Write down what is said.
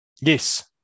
Yes